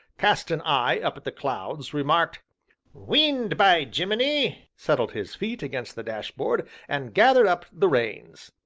cast an eye up at the clouds, remarked wind, by gemini! settled his feet against the dashboard, and gathered up the reins.